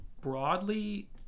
broadly